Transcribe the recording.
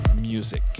Music